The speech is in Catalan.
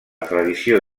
tradició